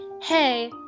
hey